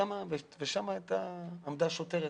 שם עמדה שוטרת,